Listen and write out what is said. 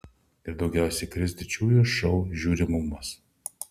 ir daugiausiai kris didžiųjų šou žiūrimumas